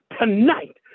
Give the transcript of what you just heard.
tonight